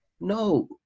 no